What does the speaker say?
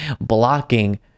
blocking